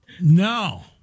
no